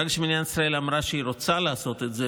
ברגע שמדינת ישראל אמרה שהיא רוצה לעשות את זה,